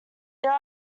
there